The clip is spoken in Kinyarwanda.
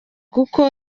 kuko